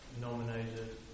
nominated